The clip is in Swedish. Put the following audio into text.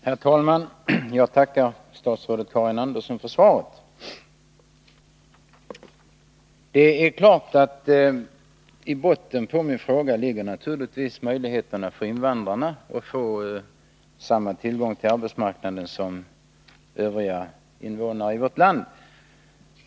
Herr talman! Jag tackar statsrådet Karin Andersson för svaret. I botten på min fråga ligger naturligtvis att invandrarna skall få samma möjligheter på arbetsmarknaden som övriga invånare i vårt land.